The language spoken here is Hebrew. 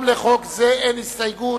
גם לחוק זה אין הסתייגות,